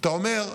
אתה אומר: